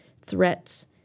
threats